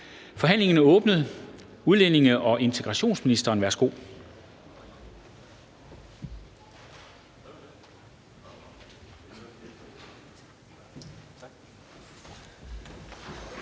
Forhandlingen er åbnet. Udlændinge- og integrationsministeren, værsgo.